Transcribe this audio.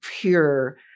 pure